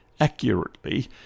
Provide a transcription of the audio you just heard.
accurately